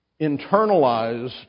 internalized